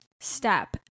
step